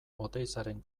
oteizaren